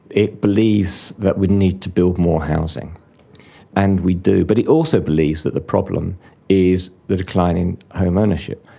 it believes that we need to build more housing and we do, but it also believes that the problem is the decline in home ownership.